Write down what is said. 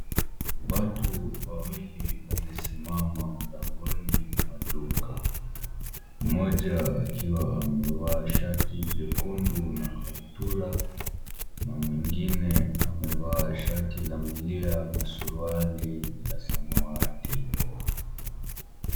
Watu wawili wamesimama mlangoni mwa duka. Mmoja akiwa amevaa shati nyekundu na kaptura, na mwingine amevaa shati la milia na suruali la samawati.